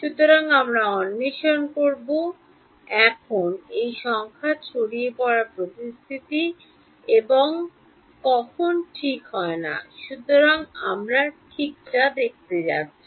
সুতরাং আমরা অন্বেষণ করব এখন এই সংখ্যার ছড়িয়ে পড়া পরিস্থিতি এবং কখন ঠিক হয় না সুতরাং আমরা ঠিক যা দেখতে যাচ্ছি